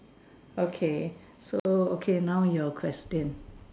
okay so okay now your question